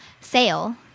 sale